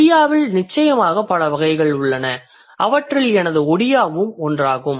ஒடியாவில் நிச்சயமாக பல வகைகள் உள்ளன அவற்றில் எனது ஒடியாவும் ஒன்றாகும்